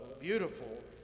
beautiful